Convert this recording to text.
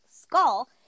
skull